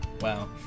Wow